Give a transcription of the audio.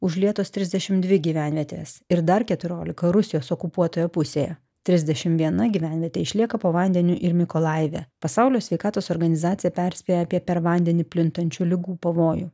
užlietos trisdešim dvi gyvenvietės ir dar keturiolika rusijos okupuotoje pusėje trisdešim viena gyvenvietė išlieka po vandeniu ir mykolajive pasaulio sveikatos organizacija perspėjo apie per vandenį plintančių ligų pavojų